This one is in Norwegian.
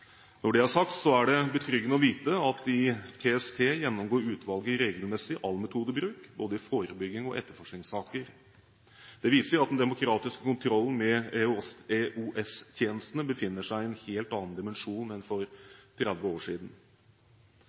Når det er sagt, er det betryggende å vite at når det gjelder PST, gjennomgår utvalget regelmessig all metodebruk, både i forebyggende saker og i etterforskningssaker. Det viser at den demokratiske kontrollen med EOS-tjenestene har en helt annen dimensjon enn for 30 år siden.